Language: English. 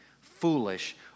foolish